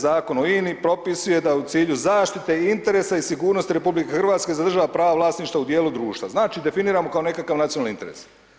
Zakona o INI propisuje da u cilju zaštite i interesa i sigurnosti RH zadržala pravo vlasništva u dijelu društva, znači definiramo kao nekakav nacionalni interes.